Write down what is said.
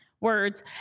words